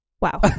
wow